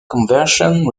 conversion